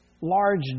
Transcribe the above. large